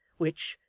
which,